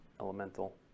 elemental